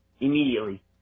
immediately